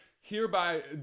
hereby